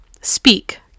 Speak